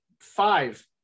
five